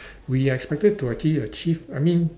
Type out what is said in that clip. we are expected to actually achieve I mean